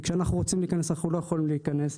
כשאנחנו רומים להיכנס אנחנו לא יכולים להיכנס.